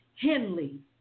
Henley